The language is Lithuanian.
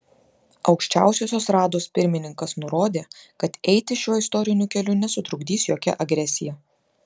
aukščiausiosios rados pirmininkas nurodė kad eiti šiuo istoriniu keliu nesutrukdys jokia agresija